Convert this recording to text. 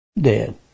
Dead